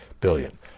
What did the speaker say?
billion